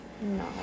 No